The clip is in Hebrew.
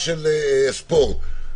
של ספורט,